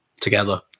together